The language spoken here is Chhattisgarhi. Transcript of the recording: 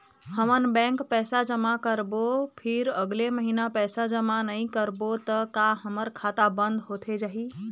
हमन बैंक पैसा जमा करबो ता फिर अगले महीना पैसा जमा नई करबो ता का हमर खाता बंद होथे जाही?